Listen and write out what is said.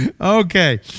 Okay